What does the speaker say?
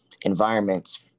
environments